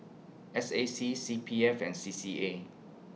S A C C P F and C C A